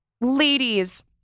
ladies